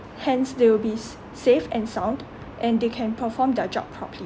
hence they will be s~ safe and sound and they can perform their job properly